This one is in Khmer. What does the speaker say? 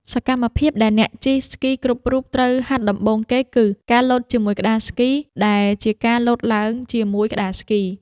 សកម្មភាពដែលអ្នកជិះស្គីគ្រប់រូបត្រូវហាត់ដំបូងគេគឺ ការលោតជាមួយក្ដារស្គី ដែលជាការលោតឡើងជាមួយក្ដារស្គី។